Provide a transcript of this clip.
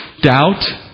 doubt